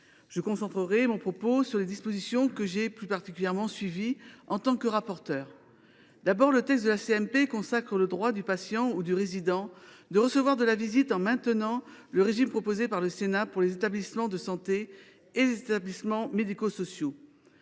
Je concentrerai mon propos sur les dispositions que j’ai plus particulièrement suivies en tant que rapporteure. Tout d’abord, le texte de la commission mixte paritaire consacre le droit du patient ou du résident de recevoir de la visite, en maintenant le régime proposé par le Sénat pour les établissements de santé et les établissements médico sociaux.